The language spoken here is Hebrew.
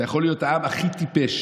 אתה יכול להיות העם הכי טיפש,